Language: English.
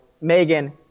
megan